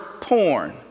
porn